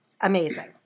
amazing